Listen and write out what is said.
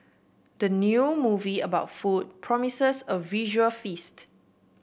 the new movie about food promises a visual feast